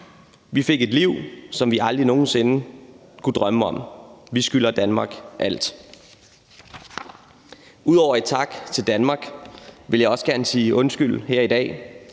Vi fik et liv, som vi aldrig nogen sinde kunne drømme om. Vi skylder Danmark alt. Ud over at sige tak til Danmark vil jeg også gerne sige undskyld her i dag.